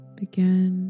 begin